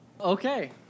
Okay